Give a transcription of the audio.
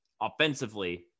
offensively